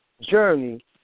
journey